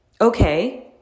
Okay